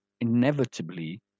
inevitably